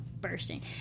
bursting